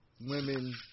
women